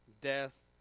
death